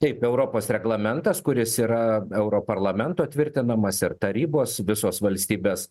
taip europos reglamentas kuris yra europarlamento tvirtinamas ir tarybos visos valstybės